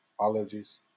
allergies